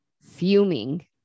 fuming